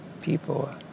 people